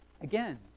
again